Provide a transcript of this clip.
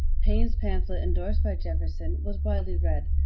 paine's pamphlet, indorsed by jefferson, was widely read.